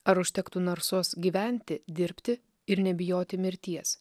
ar užtektų narsos gyventi dirbti ir nebijoti mirties